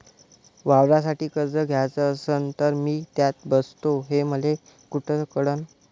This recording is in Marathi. वावरासाठी कर्ज घ्याचं असन तर मी त्यात बसतो हे मले कुठ कळन?